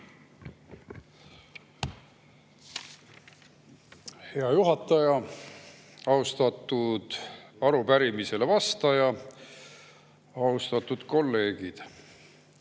Hea juhataja! Austatud arupärimisele vastaja! Austatud kolleegid!